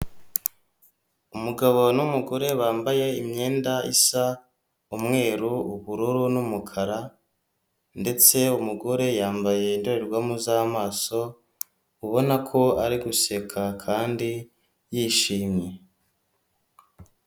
Umugabo n'umugore bambaye imyenda isa umweru, ubururu, n'umukara, ndetse umugore yambaye indorerwamo z'amaso, ubona ko ari guseka, kandi yishimye.